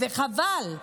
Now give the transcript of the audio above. חבל.